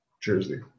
jersey